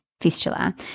fistula